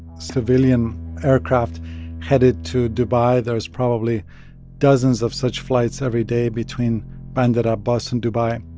civilian aircraft headed to dubai. there's probably dozens of such flights every day between bandar abbas and dubai